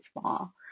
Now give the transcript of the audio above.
small